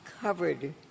covered